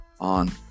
on